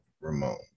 Ramone